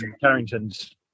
carrington's